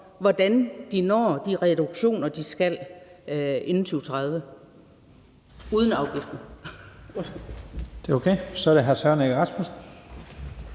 hvordan de når de reduktioner, de skal, inden 2030 – og uden afgiften.